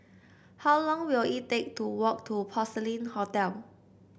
how long will it take to walk to Porcelain Hotel